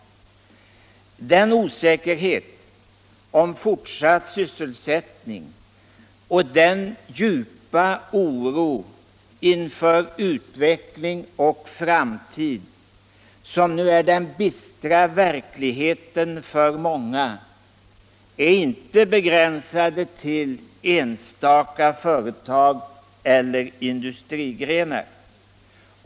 Den osäkerhet när det gäller fortsatt sysselsättning och den djupa oro : inför utveckling och framtid, som nu är den bistra verkligheten för många, är inte något som begränsas till enstaka företag eller industrigrenar.